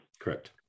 Correct